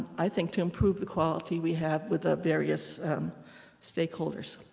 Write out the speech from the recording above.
i think, to improve the quality we have with ah various stakeholders.